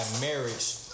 marriage